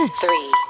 Three